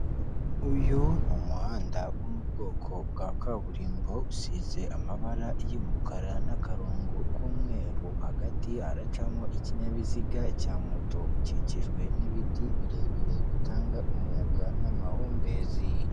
Uyu ni umuhanda wo mu bwoko bwa kaburimbo, usize amabara y'umukara n'akarongo k'umweru. Hagati haracamo ikinyabiziga cya moto ukikijwe n'ibiti birebire bitanga umuyaga n'amahumbezi.